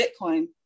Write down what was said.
Bitcoin